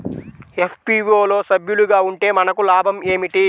FPO లో సభ్యులుగా ఉంటే మనకు లాభం ఏమిటి?